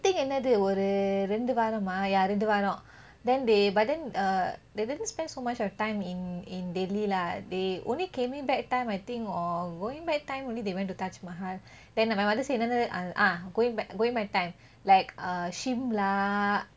I think என்னது ஒரு ரெண்டு வாரமா:ennathu oru rendu vaarama ya ரெண்டு வாரம்:rendu vaaram then they but then err they didn't spend so much of time in in delhi lah they only came in back time I think or going back time only they went to taj mahal then my mother say என்னது:ennathu err ah going back time like uh shimla